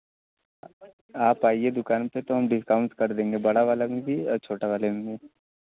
आप आईए दुकान पर तो हम डिस्काउंट कर देंगे बड़ा वाला में भी और छोटा वाले में भी